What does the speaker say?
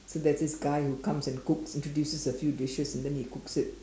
so there's this guy who comes and cooks introduces a few dishes and then he cooks it